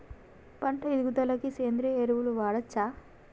పంట ఎదుగుదలకి సేంద్రీయ ఎరువులు వాడచ్చా?